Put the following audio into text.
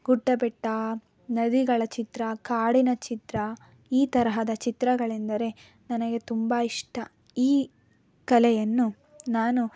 ಗುಡ್ಡ ಬೆಟ್ಟ ನದಿಗಳ ಚಿತ್ರ ಕಾಡಿನ ಚಿತ್ರ ಈ ತರಹದ ಚಿತ್ರಗಳೆಂದರೆ ನನಗೆ ತುಂಬ ಇಷ್ಟ ಈ ಕಲೆಯನ್ನು ನಾನು